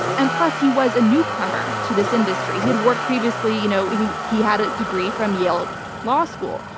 and plus, he was a newcomer to this industry. he had worked previously, you know he he had a degree from yale law school.